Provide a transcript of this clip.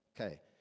Okay